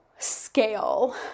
scale